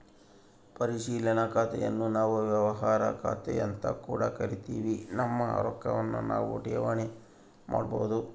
ಪರಿಶೀಲನಾ ಖಾತೆನ್ನು ನಾವು ವ್ಯವಹಾರ ಖಾತೆಅಂತ ಕೂಡ ಕರಿತಿವಿ, ನಮ್ಮ ರೊಕ್ವನ್ನು ನಾವು ಠೇವಣಿ ಮಾಡಬೋದು